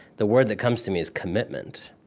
the word that comes to me is commitment.